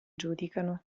giudicano